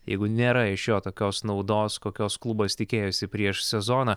jeigu nėra iš jo tokios naudos kokios klubas tikėjosi prieš sezoną